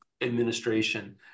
administration